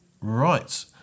Right